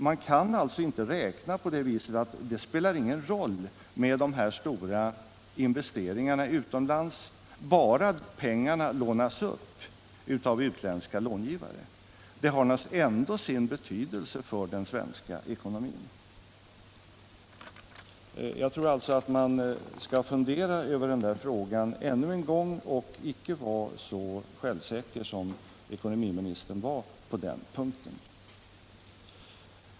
Man kan alltså inte räkna på det viset att det inte spelar någon roll med de stora investeringarna utomlands bara pengarna lånas upp av utländska långivare; det har naturligtvis ändå sin betydelse för den svenska ekonomin. Jag tror alltså att man skall fundera över den frågan ännu en gång och icke vara så självsäker som ekonomiministern var på den punkten.